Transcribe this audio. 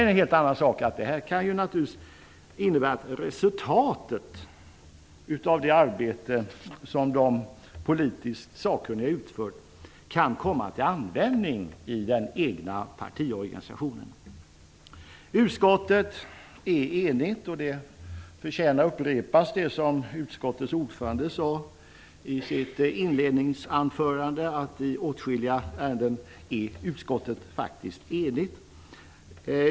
Detta kan naturligtvis innebära att resultatet av det arbete som de politiskt sakkunniga utför kan komma till användning i den egna partiorganisationen. Men det är en helt annat sak. Utskottet är enigt. Det som utskottets ordförande sade i sitt inledningsanförande förtjänar att upprepas, dvs. att utskottet i åtskilliga ärenden faktiskt är enigt.